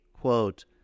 quote